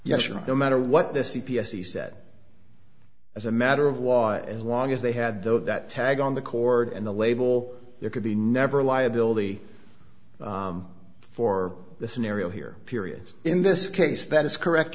yes or no matter what the c p s he said as a matter of law as long as they had though that tag on the cord and the label there could be never liability for the scenario here period in this case that is correct